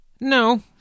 No